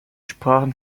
sprachen